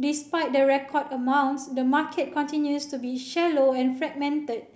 despite the record amounts the market continues to be shallow and fragmented